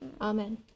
Amen